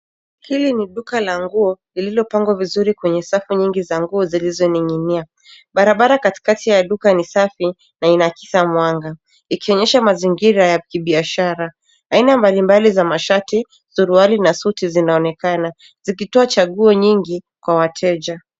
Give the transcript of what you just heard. Hili ni duka la nguo lililopangwa vizuri kwenye safu nyingi za nguo zilizoning'inia. Barabara katikati ya duka ni safi na inakisa mwanga, ikionyesha mazingira ya kibiashara. Aina mbalimbali za mashati, suruali na suti zinaonekana zikitoa chaguo nyingi kwa wateja.